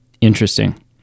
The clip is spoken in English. Interesting